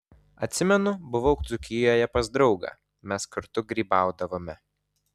atsimenu buvau dzūkijoje pas draugą mes kartu grybaudavome